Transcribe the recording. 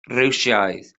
rwsiaidd